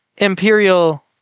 Imperial